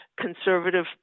conservative